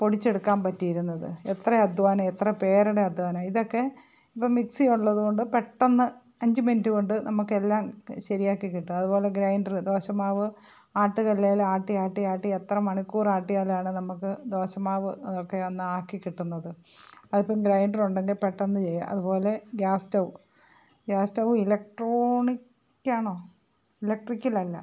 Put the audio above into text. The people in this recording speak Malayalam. പൊടിച്ചെടുക്കാൻ പറ്റിയിരുന്നത് എത്ര അധ്വാനം എത്ര പേരുടെ അധ്വാനം ഇതൊക്കെ ഇപ്പം മിക്സി ഉള്ളത് കൊണ്ട് പെട്ടെ ന്ന് അഞ്ച് മിനുറ്റ് കൊണ്ട് നമുക്ക് എല്ലാം ശരിയാക്കി കിട്ടും അതുപോലെ ഗ്രൈൻഡർ ദോശമാവ് ആട്ടുകല്ലിൽ ആട്ടി ആട്ടി ആട്ടി എത്ര മണിക്കൂർ ആട്ടിയാലാണ് നമുക്ക് ദോശമാവ് ഒക്കെ ഒന്ന് ആക്കി കിട്ടുന്നത് അതിപ്പം ഗ്രൈൻഡർ ഉണ്ടെങ്കിൽ പെട്ടെന്ന് ചെയ്യാം അതുപോലെ gas stove gas stove electronic ആണോ ഇലക്ട്രിക്കൽ അല്ല